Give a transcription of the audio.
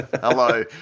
hello